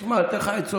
שמע, אני נותן לך עצות.